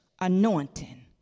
anointing